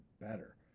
better